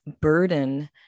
burden